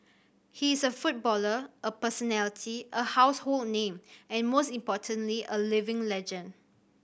he is a footballer a personality a household name and most importantly a living legend